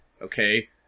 Okay